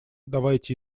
давайте